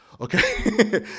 Okay